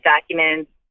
documents